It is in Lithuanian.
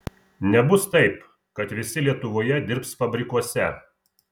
nebus taip kad visi lietuvoje dirbs fabrikuose